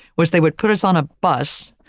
was they would put us on a bus,